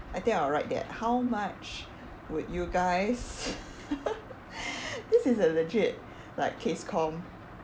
I think I will write that how much would you guys this is a legit like case comm